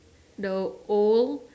the old